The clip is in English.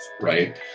right